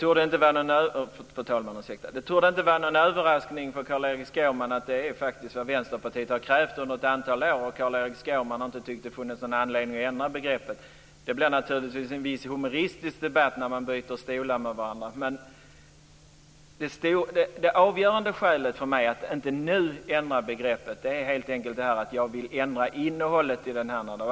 Fru talman! Det torde inte vara någon överraskning för Carl-Erik Skårman att det faktiskt är vad Vänsterpartiet har krävt under ett antal år. Carl-Erik Skårman har inte tyckt att det funnits någon anledning att ändra begreppet. Det blir naturligtvis en viss humoristisk debatt när man byter stolar med varandra. Det avgörande skälet för mig att inte nu ändra begreppet är helt enkelt att jag vill ändra innehållet.